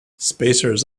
spacers